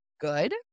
good